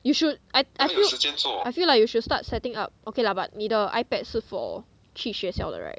you should I I feel I feel like you should start setting up okay lah but 你的 ipad 是 for 去学校的 right